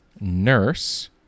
nurse